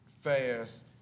fast